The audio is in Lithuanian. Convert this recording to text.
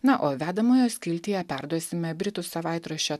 na o vedamojo skiltyje perduosime britų savaitraščio